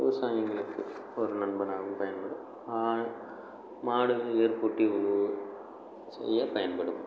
விவசாயிங்களுக்கு ஒரு நண்பனாகவும் பயன்படும் மாடு ஏர் பூட்டி உழுவ செய்ய பயன்படும்